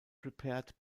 prepared